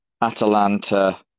Atalanta